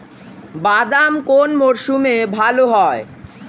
বাদাম কোন মরশুমে ভাল হয়?